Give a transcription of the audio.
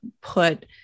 put